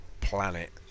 planet